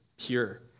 pure